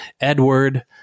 Edward